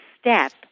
step